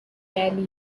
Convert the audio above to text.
rarely